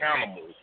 accountable